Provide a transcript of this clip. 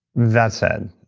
that said,